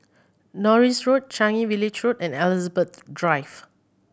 Norris Road Changi Village Road and Elizabeth Drive